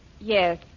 Yes